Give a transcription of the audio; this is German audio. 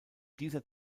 dieser